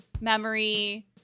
memory